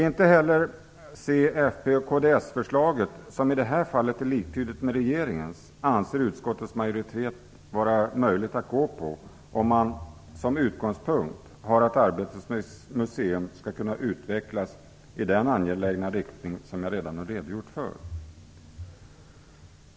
Inte heller c-, fp och kds-förslaget, som i det här fallet är liktydigt med regeringens, anser utskottets majoritet vara möjligt att anta, om man som utgångspunkt har att Arbetets museum skall kunna utvecklas i den angelägna riktning som jag redan har redogjort för.